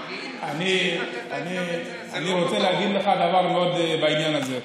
אני רוצה להגיד לך עוד דבר בעניין הזה.